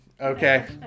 Okay